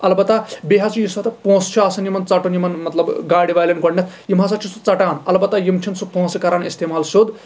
اَلبتہ بیٚیہِ حظ چھُ یُس اَتھ پونٛسہٕ چھُ آسان یِمن ژَٹُن یِمن مطلب گاڑِ والیٚن گوڈٕنیٚتھ یِم ہسا چھِ سُہ ژَٹان اَلبتہ یِم چھِ نہٕ سُہ پونٛسہٕ کران اِستعمال سیود